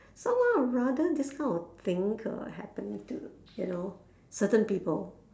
someone would rather this kind of thing uh happen to you know certain people